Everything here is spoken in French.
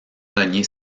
renier